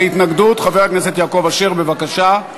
להתנגדות, חבר הכנסת יעקב אשר, בבקשה.